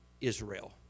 Israel